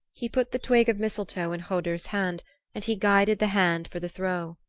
he put the twig of mistletoe in hodur's hand and he guided the hand for the throw.